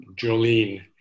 Jolene